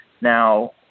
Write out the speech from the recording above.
Now